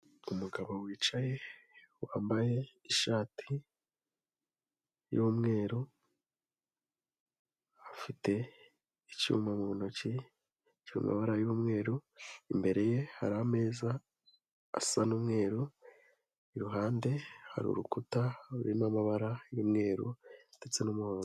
Umugabo wicaye, wambaye ishati y'umweru, afite icyuma mu ntoki cyiri mu mabara y'umweru, imbere ye hari ameza asa n'umweru, iruhande hari urukuta rurimo amabara y'umweru ndetse n'umhondo.